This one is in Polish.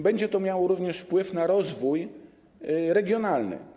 Będzie to miało również wpływ na rozwój regionalny.